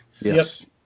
yes